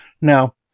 Now